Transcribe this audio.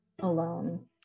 alone